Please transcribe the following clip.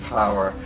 power